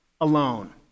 alone